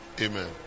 Amen